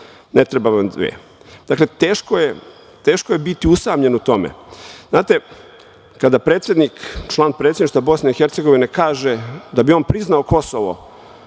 ne treba vam dve. Dakle, teško je biti usamljen u tome. Znate, kada predsednik, član predsedništva BiH, kaže da bi on priznao Kosovo,